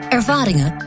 ervaringen